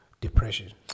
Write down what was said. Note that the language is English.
depression